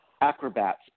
acrobats